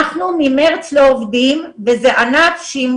אנחנו לא עובדים מחודש מארס וזה ענף שאם